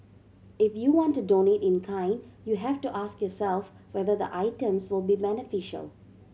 if you want to donate in kind you have to ask yourself whether the items will be beneficial